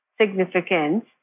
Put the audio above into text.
significance